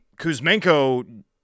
Kuzmenko